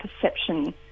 perception